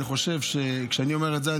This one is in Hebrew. אני חושב שכשאני אומר את זה,